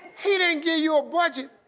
he didn't give you a budget,